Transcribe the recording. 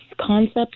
concept